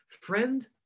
friend